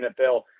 NFL